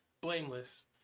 blameless